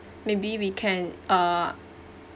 maybe we can uh